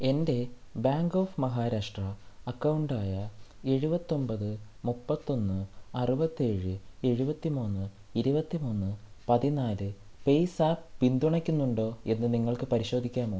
എൻ്റെ bank of Maharashtra account ആയ എഴുപത്തി ഒമ്പത് മുപ്പത്തി ഒന്ന് അറുപത്തി ഏഴ് എഴുപത്തി മൂന്ന് ഇരുപത്തി മൂന്ന് പതിനാല് പേയ്സാപ്പ് പിന്തുണയ്ക്കുന്നുണ്ടോ എന്ന് നിങ്ങൾക്ക് പരിശോധിക്കാമോ